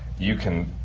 you can,